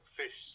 fish